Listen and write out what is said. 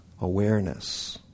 awareness